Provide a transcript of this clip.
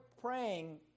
praying